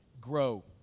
grow